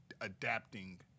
adapting